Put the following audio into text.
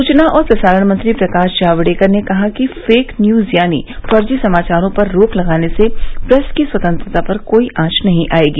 सूचना और प्रसारण मंत्री प्रकाश जावड़ेकर ने कहा है कि फेक न्यूज यानी फर्जी समाचारों पर रोक लगाने से प्रेस की स्वतंत्रता पर कोई आंच नहीं आएगी